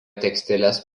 tekstilės